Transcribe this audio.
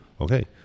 Okay